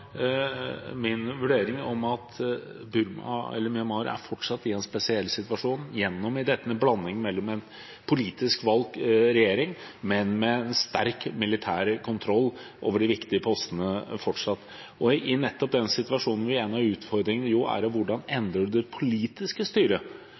min vurdering av at Myanmar fortsatt er i en spesiell situasjon gjennom dette med en blanding av en politisk valgt regjering, men med en fortsatt sterk militær kontroll over de viktige postene. Og nettopp i den situasjonen hvor en av utfordringene er hvordan en skal endre det politiske styret, vil jeg mene at Burmakomiteen fortsatt kan spille en